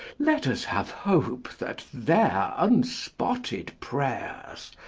let us have hope that their unspotted prayers,